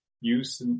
use